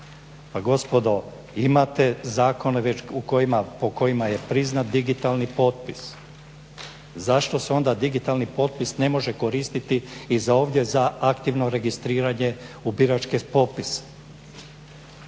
Pa gospodo, imate zakone već u kojima, po kojima je priznat digitalni potpis. Zašto se onda digitalni potpis ne može koristiti i za ovdje za aktivno registriranje u biračke popise.